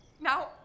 Now